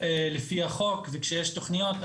לפי החוק וכשיש תוכניות,